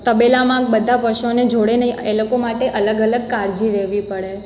તબેલામાં બધા પશુઓને જોળે નહીં એ લોકો માટે અલગ અલગ કાળજી લેવી પડે